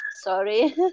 Sorry